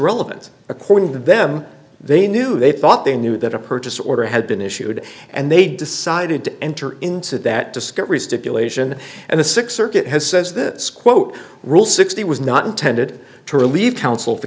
relevant according to them they knew they thought they knew that a purchase order had been issued and they decided to enter into that discovery stipulation and the six circuit has says this quote rule sixty was not intended to relieve counsel